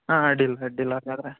ಹಾಂ ಅಡ್ಡಿಲ್ಲ ಅಡ್ಡಿಯಿಲ್ಲ ಹಾಗಾದ್ರೆ